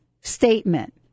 statement